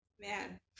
man